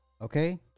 Okay